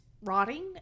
rotting